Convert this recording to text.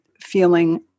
feeling